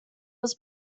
was